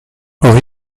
ory